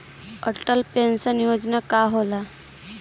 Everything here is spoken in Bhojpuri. अटल पैंसन योजना का होला?